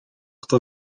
kto